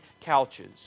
couches